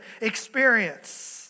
experience